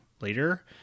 later